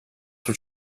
what